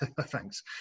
thanks